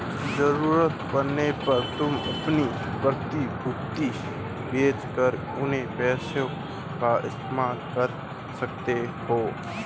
ज़रूरत पड़ने पर तुम अपनी प्रतिभूति बेच कर उन पैसों का इस्तेमाल कर सकते हो